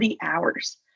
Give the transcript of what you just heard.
hours